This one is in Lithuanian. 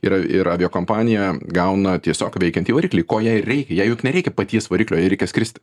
ir ir aviakompanija gauna tiesiog veikiantį variklį ko jai ir reikia jai juk nereikia paties variklio jai reikia skristi